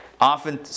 Often